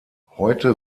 heute